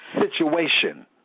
situation